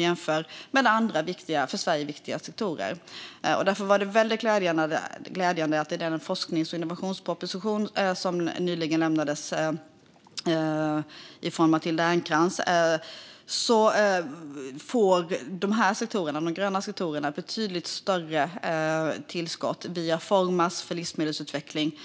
jämfört med andra för Sverige viktiga sektorer är forskning och innovation. Därför är det glädjande att i den forsknings och innovationsproposition som nyligen lades fram av Matilda Ernkrans får de gröna sektorerna betydligt större tillskott än tidigare via Formas för livsmedelsutveckling.